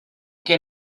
que